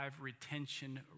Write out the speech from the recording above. retention